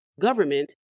government